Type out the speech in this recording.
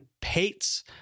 Pates